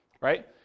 right